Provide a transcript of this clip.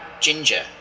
Ginger